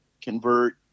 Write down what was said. convert